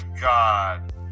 God